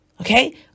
Okay